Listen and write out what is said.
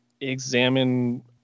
examine